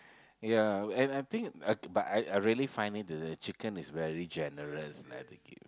ya and I think I but I I really find it the chicken is very generous eh they give